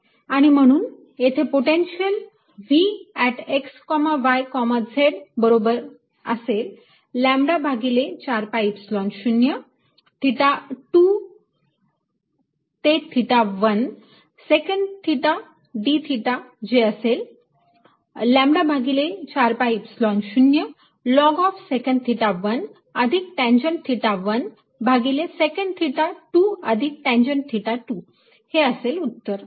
आणि बघून येथे potential V x y z बरोबर लॅम्बडा भागिले 4 pi Epsilon 0 थिटा 2 ते theta 1 secant theta d theta जे असेल लॅम्बडा भागिले 4 pi Epsilon 0 log of secant theta 1 अधिक टॅंजंट थिटा 1 भागिले सेकॅन्ट थिटा 2 अधिक टॅंजंट थिटा 2 हे असेल उत्तर